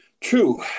True